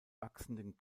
wachsenden